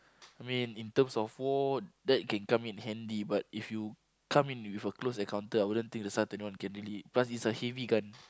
I mean in terms of war that can come in handy but if you come in with a close encounter I wouldn't think the SAR-twenty-one can really plus it's a heavy gun